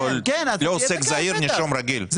לא עוסק זעיר, נישום רגיל.